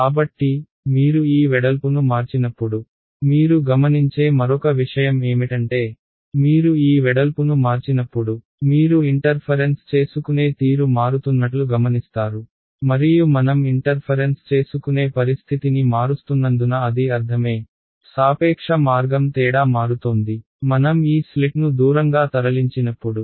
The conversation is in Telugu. కాబట్టి మీరు ఈ వెడల్పును మార్చినప్పుడు మీరు గమనించే మరొక విషయం ఏమిటంటే మీరు ఈ వెడల్పును మార్చినప్పుడు మీరు ఇంటర్ఫరెన్స్ చేసుకునే తీరు మారుతున్నట్లు గమనిస్తారు మరియు మనం ఇంటర్ఫరెన్స్ చేసుకునే పరిస్థితిని మారుస్తున్నందున అది అర్ధమే సాపేక్ష మార్గం తేడా మారుతోంది మనం ఈ స్లిట్ను దూరంగా తరలించినప్పుడు